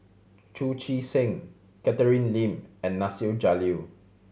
Chu Chee Seng Catherine Lim and Nasir Jalil